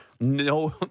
No